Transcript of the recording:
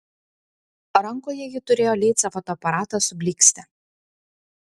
rankoje ji turėjo leica fotoaparatą su blykste